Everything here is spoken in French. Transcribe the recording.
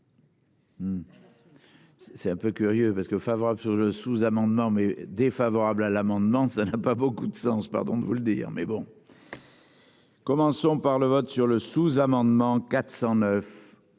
C'est un peu curieux parce que favorables sur le sous-amendement mais défavorable à l'amendement. Ça n'a pas beaucoup de sens. Pardon de vous le dire mais bon. Commençons par le vote sur le sous-amendement 409